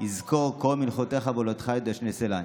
יזכר כל מנחתך ועולתך ידשנה סלה.